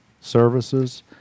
Services